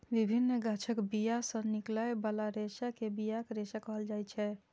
विभिन्न गाछक बिया सं निकलै बला रेशा कें बियाक रेशा कहल जाइ छै